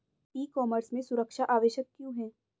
ई commerce में सुरक्षा आवश्यक क्यों है?